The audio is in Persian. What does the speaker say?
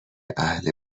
اهل